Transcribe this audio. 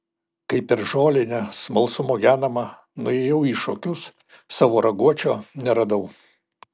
kai per žolinę smalsumo genama nuėjau į šokius savo raguočio neradau